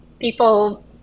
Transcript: people